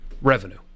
revenue